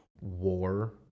war